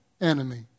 enemy